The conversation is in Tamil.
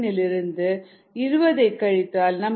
7 இலிருந்து 20 கழித்தால் நமக்கு மைனஸ்2